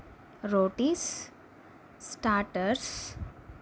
rotis starters